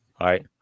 right